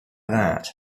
that